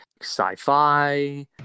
sci-fi